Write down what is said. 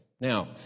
Now